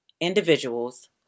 individuals